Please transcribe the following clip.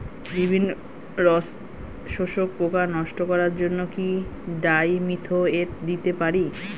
বিভিন্ন রস শোষক পোকা নষ্ট করার জন্য কি ডাইমিথোয়েট দিতে পারি?